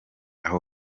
aha